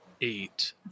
Eight